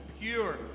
pure